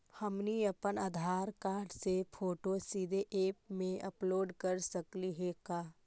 हमनी अप्पन आधार कार्ड के फोटो सीधे ऐप में अपलोड कर सकली हे का?